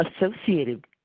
associated